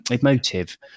Emotive